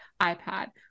iPad